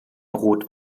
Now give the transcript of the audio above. rot